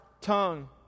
tongue